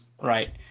Right